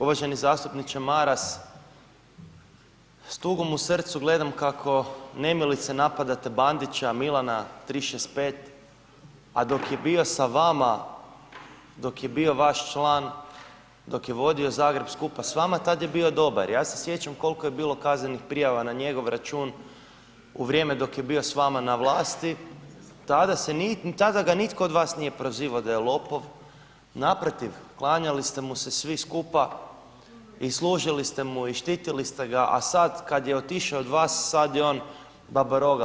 Uvaženi zastupniče, uvaženi zastupniče Maras s tugom u srcu gledam kako nemilice napadate Bandića Milana 365, a dok je bio sa vama, dok je bio vaš član, dok je vodio Zagreb skupa s vama tad je bio dobar, ja se sjećam kolko je bilo kaznenih prijava na njegov račun u vrijeme dok je bio s vama na vlasti, tada se, tada ga nitko od vas nije prozivo da je lopov, naprotiv klanjali ste mu se svi skupa i služili ste mu i štitili ste ga, a sad kad je otišo od vas, sad je on babaroga.